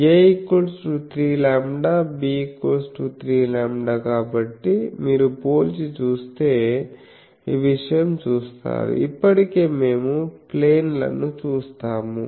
a 3λb3λ కాబట్టి మీరు పోల్చి చూస్తే ఈ విషయం చూస్తారు ఇప్పటికే మేము ప్లేన్ లను చూస్తాము